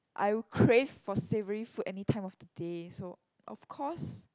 I would crave for savory food any time of the day so of course